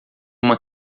uma